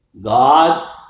God